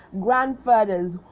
grandfathers